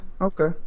Okay